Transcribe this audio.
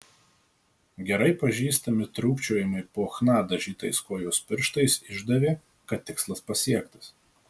gerai pažįstami trūkčiojimai po chna dažytais kojos pirštais išdavė kad tikslas pasiektas